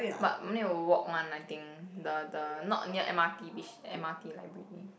but need to walk one I think the the not near M_R_T Bish~ M_R_T library